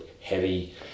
heavy